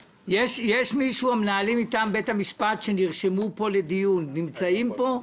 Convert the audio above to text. מישהו מהמנהלים מטעם בית המשפט שנרשמו לדיון נמצא פה?